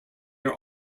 are